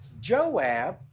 Joab